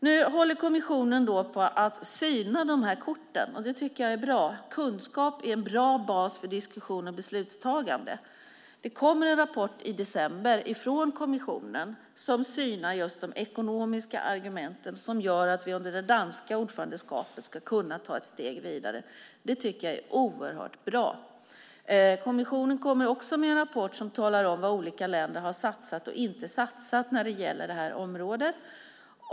Nu håller kommissionen på att syna de här korten. Det tycker jag är bra. Kunskap är en bra bas för diskussion och beslutstagande. Det kommer en rapport i december från kommissionen som synar just de ekonomiska argumenten och som gör att vi under det danska ordförandeskapet ska kunna ta ett steg vidare. Det tycker jag är oerhört bra. Kommissionen kommer också med en rapport som talar om vad olika länder har satsat och inte satsat när det gäller det här området.